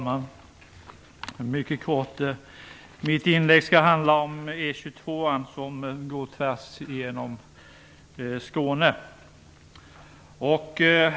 Fru talman! Mitt inlägg skall handla om E 22:an, som går tvärs igenom Skåne.